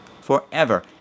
forever